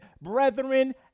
brethren